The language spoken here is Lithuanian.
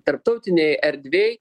tarptautinėj erdvėj